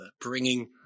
bringing